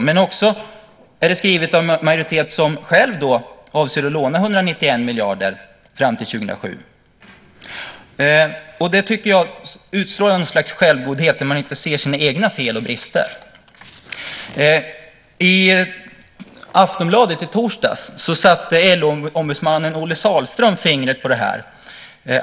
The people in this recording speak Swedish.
Det är också skrivet av en majoritet som själv avser att låna 191 miljarder fram till 2007. Det tycker jag utstrålar ett slags självgodhet. Man ser inte sina egna fel och brister. I Aftonbladet i torsdags satte LO-ombudsmannen Olle Sahlström fingret på detta.